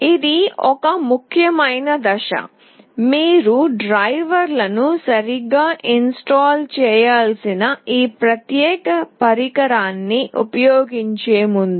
ఇది ఒక ముఖ్యమైన దశ మీరు డ్రైవర్లను సరిగ్గా ఇన్స్టాల్ చేయాల్సిన ఈ ప్రత్యేక పరికరాన్ని ఉపయోగించే ముందు